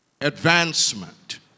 advancement